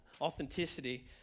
Authenticity